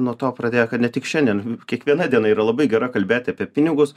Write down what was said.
nuo to pradėk kad ne tik šiandien kiekviena diena yra labai gera kalbėti apie pinigus